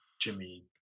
jimmy